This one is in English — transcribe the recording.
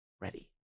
ready